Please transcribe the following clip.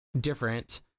different